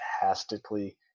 fantastically